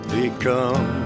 become